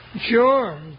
Sure